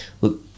look